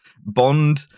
Bond